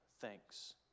thanks